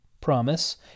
promise